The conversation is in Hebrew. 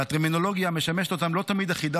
הטרמינולוגיה המשמשת אותם לא תמיד אחידה